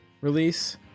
release